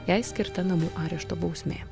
jai skirta namų arešto bausmė